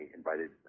invited